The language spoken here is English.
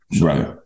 Right